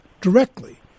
directly